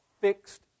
fixed